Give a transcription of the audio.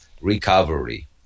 Recovery